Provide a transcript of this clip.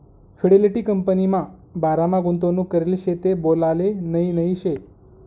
Fidelity कंपनीमा बारामा गुंतवणूक करेल शे ते बोलाले नही नही शे